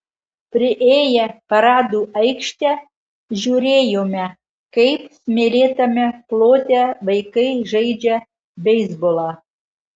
priėję paradų aikštę žiūrėjome kaip smėlėtame plote vaikai žaidžia beisbolą